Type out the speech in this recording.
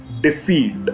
defeat